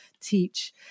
teach